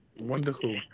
Wonderful